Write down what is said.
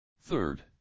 Third